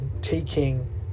taking